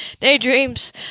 Daydreams